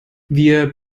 wir